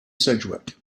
sedgwick